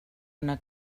una